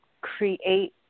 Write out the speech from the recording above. create